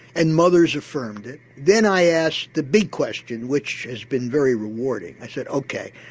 and mothers affirmed it, then i asked the big question which has been very rewarding. i said ok,